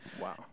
Wow